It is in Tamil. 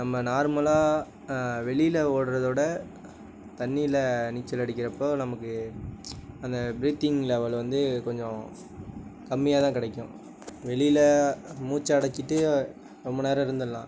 நம்ம நார்மலாக வெளியில ஓடுறதை விட தண்ணியில நீச்சல் அடிக்கிறப்போ நமக்கு அந்த பிரீதிங் லெவல் வந்து கொஞ்சம் கம்மியாக தான் கிடைக்கும் வெளியில மூச்சை அடக்கிட்டு ரொம்ப நேரம் இருந்துரலாம்